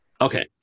Okay